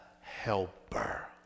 helper